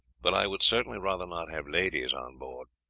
but i would certainly rather not have ladies on board.